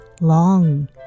long